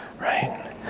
Right